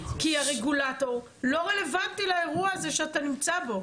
כי הרגולטור לא רלוונטי לאירוע הזה שאתה נמצא בו.